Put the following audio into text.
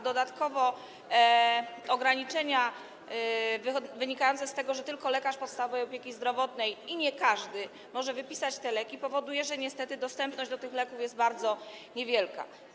Dodatkowo ograniczenia wynikające z tego, że tylko lekarz podstawowej opieki zdrowotnej, i to nie każdy, może przepisać te leki, powodują, że niestety dostępność tych leków jest bardzo niewielka.